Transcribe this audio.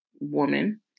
woman